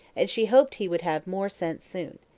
and she hoped he would have more sense soon.